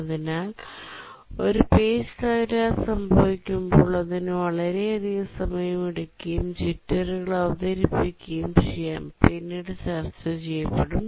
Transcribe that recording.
അതിനാൽ ഒരു പേജ് തകരാർ സംഭവിക്കുമ്പോൾ അതിന് വളരെയധികം സമയമെടുക്കുകയും ജിറ്ററുകൾ അവതരിപ്പിക്കുകയും ചെയ്യാം പിന്നീട് ചർച്ചചെയ്യപ്പെടും